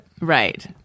Right